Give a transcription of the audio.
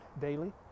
daily